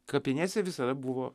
kapinėse visada buvo